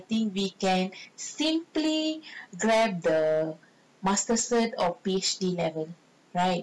I think we can simply grab the master certificate or P_H_D level right